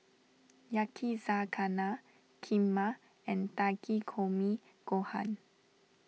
Yakizakana Kheema and Takikomi Gohan